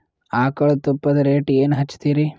ಆಕಳ ತುಪ್ಪದ ರೇಟ್ ಏನ ಹಚ್ಚತೀರಿ?